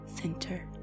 center